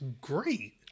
great